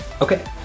Okay